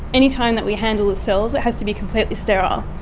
any time that we handle the cells it has to be completely sterile,